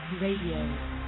Radio